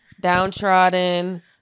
downtrodden